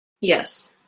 Yes